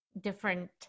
different